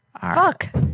Fuck